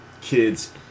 kids